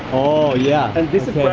oh, yeah. and this is